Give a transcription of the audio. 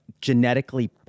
genetically